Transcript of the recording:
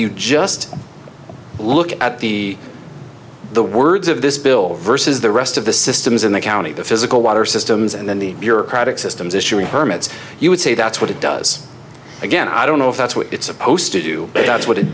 you just look at the the words of this bill versus the rest of the systems in the county the physical water systems and then the bureaucratic systems issuing permits you would say that's what it does again i don't know if that's what it's supposed to do that's what it